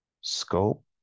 Scope